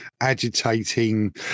agitating